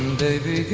david?